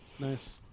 Nice